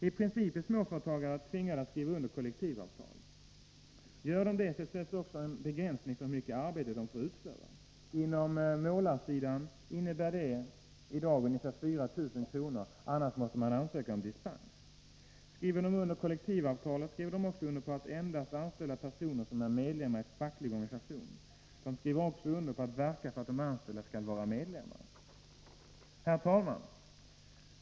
I princip är småföretagare tvingade att skriva under kollektivavtal. Gör de detta sätts också en begränsning för hur mycket arbete de får utföra. På målarsidan innebär det i dag arbete för vilket utgår ersättning med ungefär 4 000 kr. ; annars måste man ansöka om dispens. Skriver dessa företagare under kollektivavtalet skriver de också under på att endast anställa personer som är medlemmar i facklig organisation. De skriver också under på att verka för att de anställda skall vara medlemmar. Herr talman!